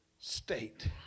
state